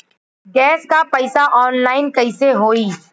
Gas क पैसा online कइसे होई?